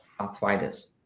arthritis